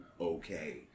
okay